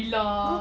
a'ah